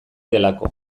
delako